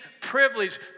privilege